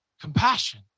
Compassion